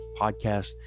podcast